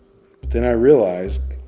then i realized